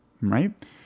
right